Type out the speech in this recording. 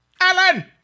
Alan